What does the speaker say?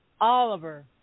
Oliver